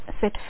set